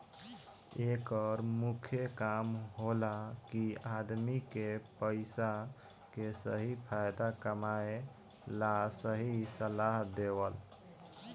एकर मुख्य काम होला कि आदमी के पइसा के सही फायदा कमाए ला सही सलाह देवल